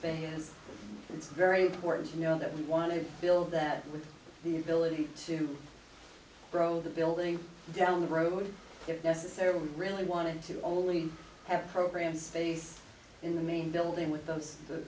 y it's very important to know that we want to build that with the ability to grow the building down the road if necessarily really wanted to only have program space in the main building with those t